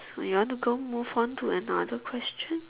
you want to go move on to another question